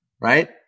right